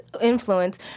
influence